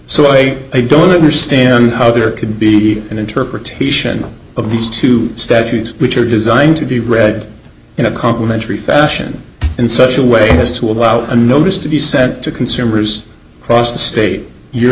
so i don't understand how there could be an interpretation of these two statutes which are designed to read in a complementary fashion in such a way as to allow a notice to be sent to consumers across the state y